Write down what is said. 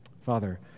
Father